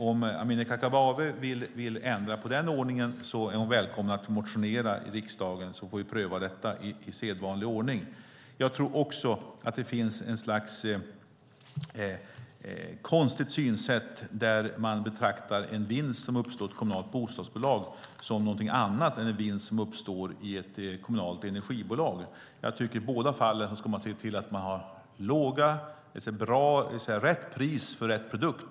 Om Amineh Kakabaveh vill ändra på den ordningen är hon välkommen att motionera i riksdagen så att vi får pröva detta i sedvanlig ordning. Det finns ett konstigt synsätt där man betraktar en vinst som har uppstått i ett kommunalt bostadsbolag som någonting annat än en vinst som har uppstått i ett kommunalt energibolag. I båda fallen ska man se till att man har rätt pris för rätt produkt.